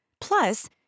Plus